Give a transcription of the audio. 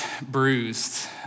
bruised